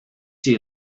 see